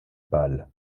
pâle